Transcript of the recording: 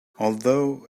although